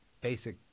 basic